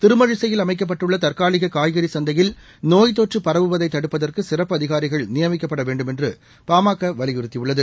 திருமழிசையில் அமைக்கப்பட்டுள்ள தற்காலிக காய்கறி சந்தையில் நோய் தொற்று பரவுவதை தடுப்பதற்கு சிறப்பு அதிகாரிகள் நியமிக்கப்பட வேண்டுமென்று பாமக வலியுறுத்தியுள்ளது